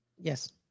Yes